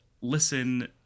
Listen